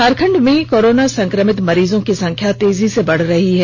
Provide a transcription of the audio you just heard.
झारखंड में कोरोना संक्रमित मरीजों की संख्या तेजी से बढ़ रही है